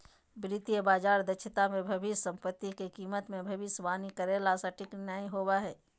वित्तीय बाजार दक्षता मे भविष्य सम्पत्ति के कीमत मे भविष्यवाणी करे ला सटीक नय होवो हय